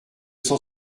cent